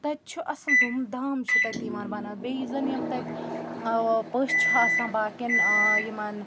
تَتہِ چھُ اصٕل دھوم دھام چھُ تَتہِ یِوان بَناونہٕ بیٚیہِ زَن یِم تَتہِ ٲں پٔژھۍ چھِ آسان باقین ٲں یِمَن